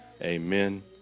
Amen